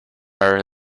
our